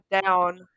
down